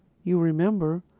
you remember,